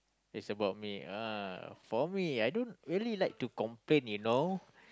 it's about me ah for me I don't really like to complain you know